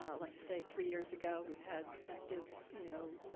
i like say, three years ago, we've had active, you know,